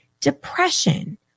depression